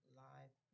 live